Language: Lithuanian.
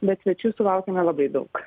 bet svečių sulaukėme labai daug